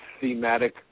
thematic